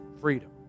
freedom